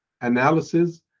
analysis